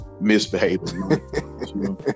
misbehaving